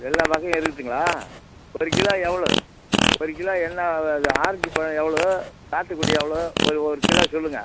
எல்லா வகையும் இருக்குதுங்களா ஒரு கிலோ எவ்வளோ ஒரு கிலோ என்ன ஆரஞ்சு பழம் எவ்வளோ சாத்துக்குடி எவ்வளோ ஒரு ஒரு கிலோ சொல்லுங்கள்